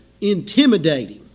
intimidating